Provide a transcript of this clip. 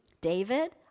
David